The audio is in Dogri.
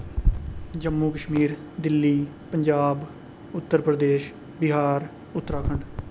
जम्मू कश्मीर दिल्ली पंजाब उत्तर प्रदेश बिहार उत्तराखंड